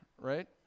right